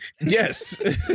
Yes